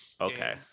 Okay